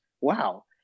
wow